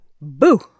Boo